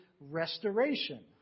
Restoration